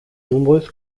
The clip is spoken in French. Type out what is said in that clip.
nombreuses